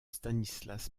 stanislas